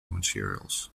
materials